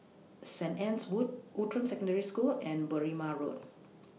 Saint Anne's Wood Outram Secondary School and Berrima Road